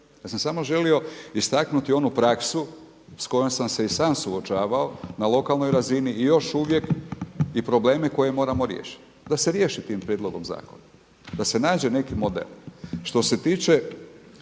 Ja sam samo želio istaknuti onu praksu sa kojom sam se i sam suočavao na lokalnoj razini i još uvijek i probleme koje moramo riješiti da se riješi tim prijedlogom zakona, da se nađe neki model. Što se tiče